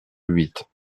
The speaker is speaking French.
huit